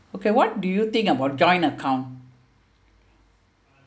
okay what do you think about joint account